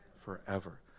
Forever